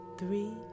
three